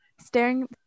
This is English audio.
Staring